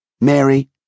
Mary